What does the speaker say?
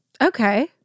Okay